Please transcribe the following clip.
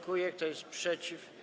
Kto jest przeciw?